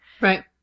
Right